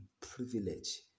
privilege